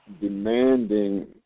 demanding